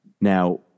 Now